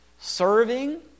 serving